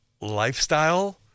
lifestyle